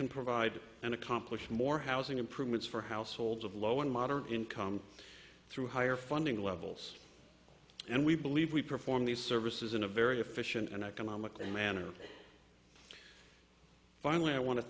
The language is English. can provide and accomplish more housing improvements for households of low and moderate income through higher funding levels and we believe we perform these services in a very efficient and economically manner finally i want to